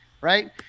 right